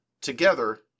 together